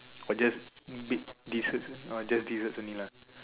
or just bit desserts oh just desserts only lah